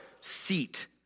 seat